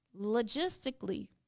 logistically